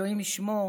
אלוהים ישמור,